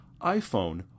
iPhone